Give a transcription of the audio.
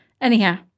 anyhow